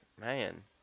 man